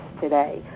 today